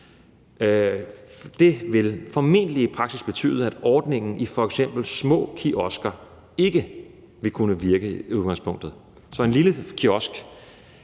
Det vil formentlig i praksis betyde, at ordningen i f.eks. små kiosker i udgangspunktet ikke vil kunne